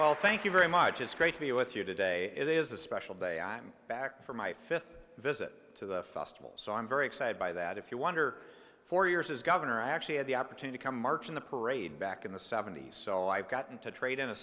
all thank you very much it's great to be with you today it is a special day i'm back for my fifth visit to the festival so i'm very excited by that if you wonder four years as governor i actually had the opportunity come march in the parade back in the seventy's so i've gotten to trade in a